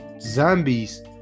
zombies